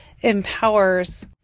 empowers